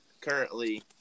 currently